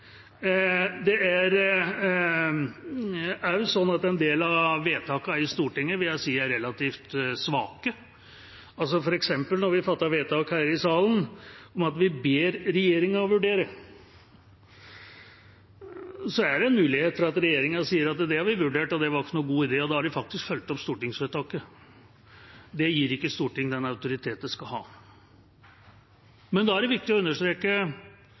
Det er også slik at en del av vedtakene i Stortinget vil jeg si er relativt svake. For eksempel når vi fatter vedtak her i salen der vi ber regjeringa vurdere, er det en mulighet for at regjeringa sier at det har de vurdert, og det var ingen god idé. Da har de faktisk fulgt opp stortingsvedtaket. Det gir ikke Stortinget den autoriteten det skal ha. Da er det viktig å understreke